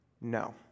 no